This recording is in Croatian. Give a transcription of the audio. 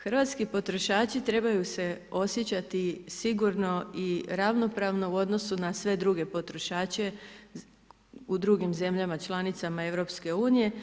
Hrvatski potrošači trebaju se osjećati sigurno i ravnopravno u odnosu na sve druge potrošače u drugim zemljama članicama EU.